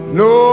no